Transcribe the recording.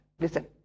Listen